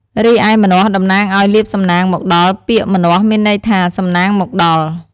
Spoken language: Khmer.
រីឯម្នាស់តំណាងឱ្យ លាភសំណាងមកដល់ ពាក្យ "ម្នាស់" មានន័យថា "សំណាងមកដល់"។